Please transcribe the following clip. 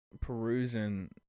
perusing